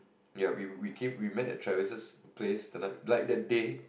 ya we we came we made the Trivers's place the night like the day